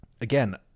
again